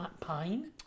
Pine